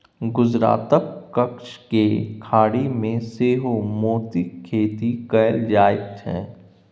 गुजरातक कच्छ केर खाड़ी मे सेहो मोतीक खेती कएल जाइत छै